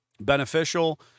beneficial